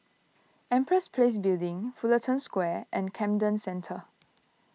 Empress Place Building Fullerton Square and Camden Centre